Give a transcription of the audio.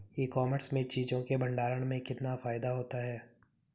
E commerce में चीज़ों के भंडारण में कितना फायदा होता है?